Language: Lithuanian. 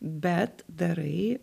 bet darai